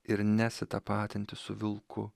ir nesitapatinti su vilku